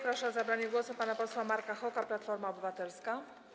Proszę o zabranie głosu pana posła Marka Hoka, Platforma Obywatelska.